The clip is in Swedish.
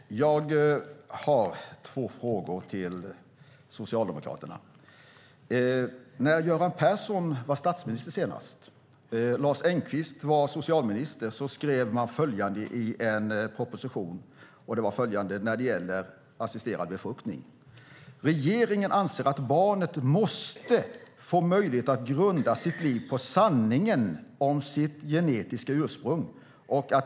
Fru talman! Jag har två frågor till Socialdemokraterna. När Göran Persson var statsminister och Lars Engqvist var socialminister skrev man följande i en proposition om assisterad befruktning: Regeringen anser att barnet måste få möjlighet att grunda sitt liv på sanningen om sitt genetiska ursprung.